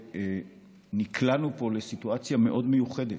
נקלענו פה לסיטואציה מאוד מיוחדת,